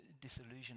disillusion